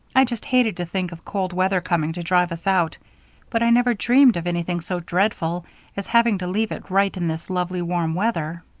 i just hated to think of cold weather coming to drive us out but i never dreamed of anything so dreadful as having to leave it right in this lovely warm weather.